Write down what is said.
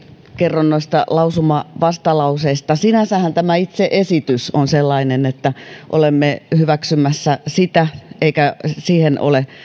kerron noista lausumavastalauseista sinänsähän tämä itse esitys on sellainen että olemme hyväksymässä sitä eikä siihen ole